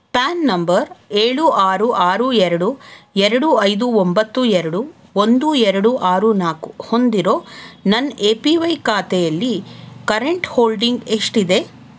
PAN number ಏಳು ಆರು ಆರು ಎರಡು ಎರಡು ಐದು ಒಂಬತ್ತು ಎರಡು ಒಂದು ಎರಡು ಆರು ನಾಲ್ಕು ಹೊಂದಿರೋ ನನ್ನ ಎ ಪಿ ವೈ ಖಾತೆಯಲ್ಲಿ ಕರೆಂಟ್ ಹೋಲ್ಡಿಂಗ್ ಎಷ್ಟಿದೆ